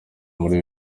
muri